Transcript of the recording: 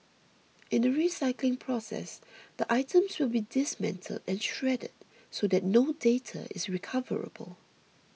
in the recycling process the items will be dismantled and shredded so that no data is recoverable